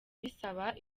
bisaba